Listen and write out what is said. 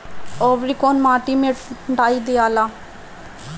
औवरी कौन माटी मे डाई दियाला?